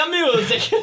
music